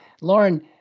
Lauren